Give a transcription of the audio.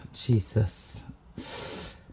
Jesus